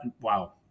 Wow